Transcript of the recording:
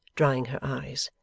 drying her eyes.